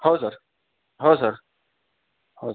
हो सर हो सर हो